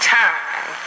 time